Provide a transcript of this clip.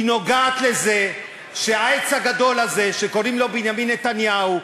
היא נוגעת לזה שהעץ הגדול הזה שקוראים לו בנימין נתניהו,